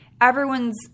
everyone's